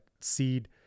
seed